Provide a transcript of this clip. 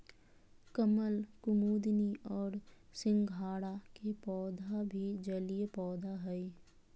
कमल, कुमुदिनी और सिंघाड़ा के पौधा भी जलीय पौधा हइ